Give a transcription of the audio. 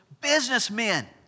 businessmen